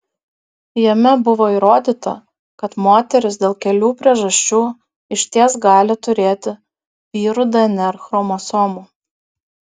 jame buvo įrodyta kad moterys dėl kelių priežasčių išties gali turėti vyrų dnr chromosomų